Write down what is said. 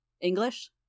English